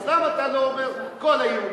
אז למה אתה לא אומר: כל היהודים?